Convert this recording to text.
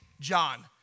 John